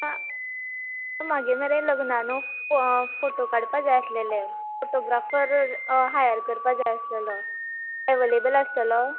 आं म्हागे मरे लग्नानू फोटो काडपा जाय आसलेले फोटोग्राफर हायर करपा जाय आसलेलो एवेलेबल आसतलो